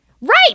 Right